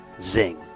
Zing